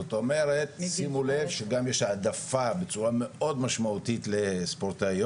זאת אומרת שימו לב שגם יש העדפה בצורה מאוד משמעותית לספורטאיות.